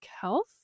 health